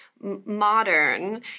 modern